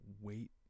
wait